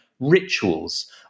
rituals